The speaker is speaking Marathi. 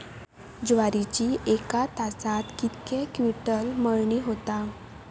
ज्वारीची एका तासात कितके क्विंटल मळणी होता?